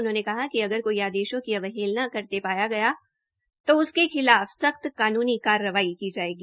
उन्होंने कहा कि अगर कोई आदेशों की अवहेलना करते पाया गया तो उसके खिलाफ सख्त कानूनी कार्रवाई की जायेगी